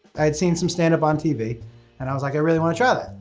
i had seen some standup on tv and i was like i really wanna try that.